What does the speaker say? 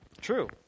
True